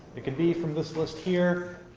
it can be from this list here.